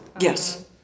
Yes